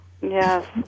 Yes